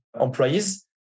employees